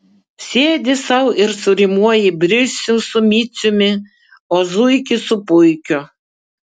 sėdi sau ir surimuoji brisių su miciumi o zuikį su puikiu